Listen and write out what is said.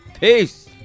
Peace